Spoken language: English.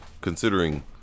Considering